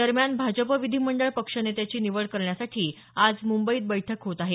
दरम्यान भाजप विधीमंडळ पक्षनेत्याची निवड करण्यासाठी आज मुंबईत बैठक होत आहे